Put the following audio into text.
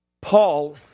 Paul